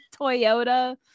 toyota